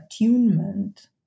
attunement